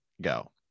go